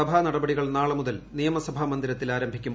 സഭാ നടപടികൾ നാളെ മുതൽ നിയമസഭാ മന്ദിരത്തിൽ ആരംഭിക്കും